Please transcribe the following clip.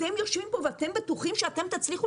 אתם יושבים פה ואתם בטוחים שאתם תצליחו